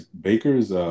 Baker's